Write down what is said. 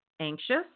anxious